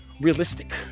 realistic